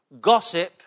Gossip